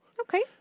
Okay